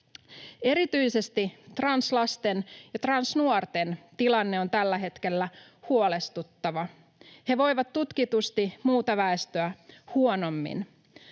Erityisesti translasten ja transnuorten tilanne on tällä hetkellä huolestuttava. He voivat tutkitusti muuta väestöä huonommin.